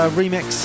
remix